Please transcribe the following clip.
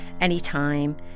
anytime